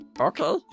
Okay